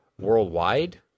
worldwide